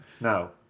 now